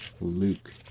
Luke